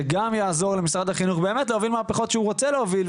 שגם יעזור למשרד החינוך באמת להוביל מהפיכות שהוא רוצה להוביל,